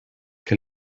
que